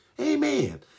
Amen